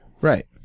Right